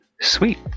Sweet